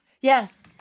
Yes